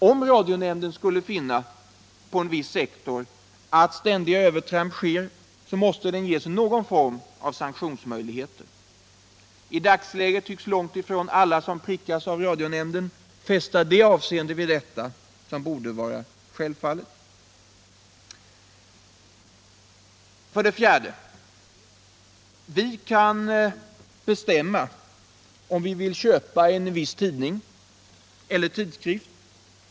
Om radionämnden på en viss sektor finner att ständiga övertramp sker måste den ges sanktionsmöjligheter. I dagsläget tycks långt ifrån alla som prickas av radionämnden fästa det avseende vid detta som borde vara självfallet. 4. Vi kan bestämma om vi vill köpa en viss tidning eller tidskrift.